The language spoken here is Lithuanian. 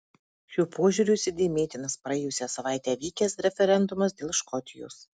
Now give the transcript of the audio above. šiuo požiūriu įsidėmėtinas praėjusią savaitę vykęs referendumas dėl škotijos